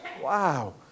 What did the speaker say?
wow